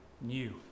new